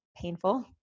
painful